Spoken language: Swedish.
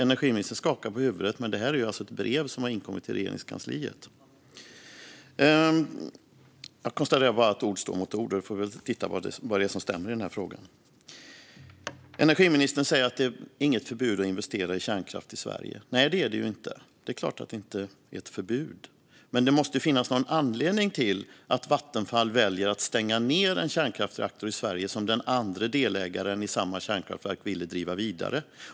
Energiministern skakar på huvudet, men det här handlar om ett brev som har inkommit till Regeringskansliet. Jag konstaterar att ord står mot ord; vi får väl se vad som stämmer i den här frågan. Energiministern säger att det inte finns något förbud mot att investera i kärnkraft i Sverige. Nej, det är klart att det inte finns ett förbud, men det måste finnas någon anledning till att Vattenfall valde att stänga ned en kärnkraftsreaktor i Sverige som den andra delägaren i samma kärnkraftverk ville driva vidare.